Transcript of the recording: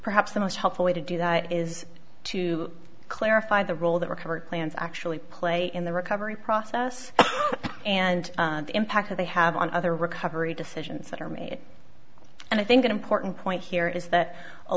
perhaps the most helpful way to do that is to clarify the role that record plans actually play in the recovery process and the impact they have on other recovery decisions that are made and i think an important point here is that a